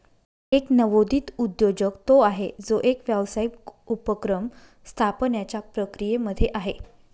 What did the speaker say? एक नवोदित उद्योजक तो आहे, जो एक व्यावसायिक उपक्रम स्थापण्याच्या प्रक्रियेमध्ये आहे